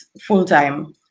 full-time